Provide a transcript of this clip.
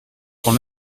quand